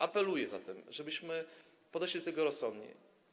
Apeluję zatem, żebyśmy podeszli do tego rozsądnie.